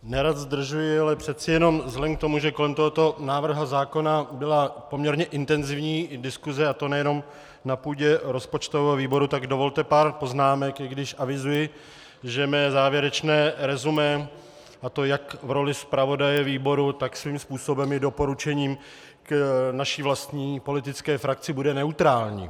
Nerad zdržuji, ale přece jenom vzhledem k tomu, že kolem tohoto návrhu zákona byla poměrně intenzivní diskuse, a to nejenom na půdě rozpočtového výboru, tak dovolte pár poznámek, i když avizuji, že mé závěrečné resumé, a to jak v roli zpravodaje výboru, tak svým způsobem i doporučením k naší vlastní politické frakci bude neutrální.